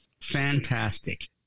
Fantastic